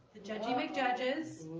the judgey mcjudges.